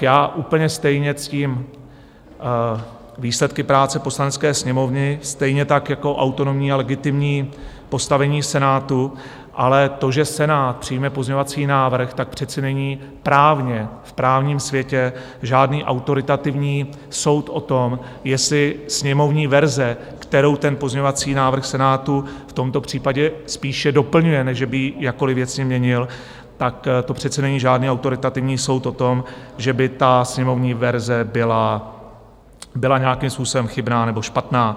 Já úplně stejně ctím výsledky práce Poslanecké sněmovny, stejně tak jako autonomní a legitimní postavení Senátu, ale to, že Senát přijme pozměňovací návrh, tak přece není právně, v právním světě žádný autoritativní soud o tom, jestli sněmovní verze, kterou ten pozměňovací návrh Senátu v tomto případě spíše doplňuje, než že by ji jakkoli věcně měnil, tak to přece není žádný autoritativní soud o tom, že by ta sněmovní verze byla nějakým způsobem chybná nebo špatná.